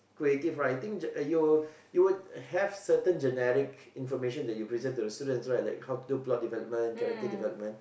creative writing just you you would have certain generic information that you present to the students right like how to plot development character development